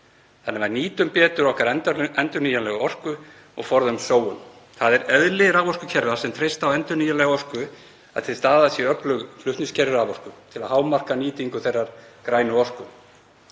þannig að við nýtum betur okkar endurnýjanlegu orku og forðumst sóun. Það er eðli raforkukerfa sem treysta á endurnýjanlega orku að til staðar séu öflug flutningskerfi raforku til að hámarka nýtingu þeirrar grænu orku.